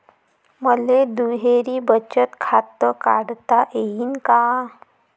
मले दुहेरी बचत खातं काढता येईन का?